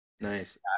Nice